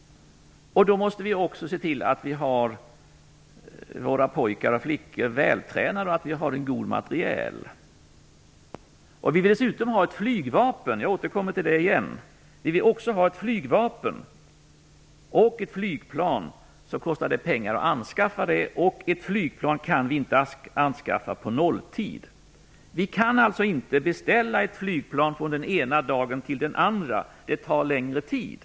Då måste vi också se till att våra pojkar och flickor är vältränade och att vi har en god materiel. Vill vi dessutom ha ett flygvapen - jag återkommer återigen till det - och anskaffa ett flygplan, kostar det pengar. Vi kan dessutom inte anskaffa ett flygplan på nolltid. Vi kan alltså inte beställa ett flygplan från den ena dagen till den andra. Det tar längre tid.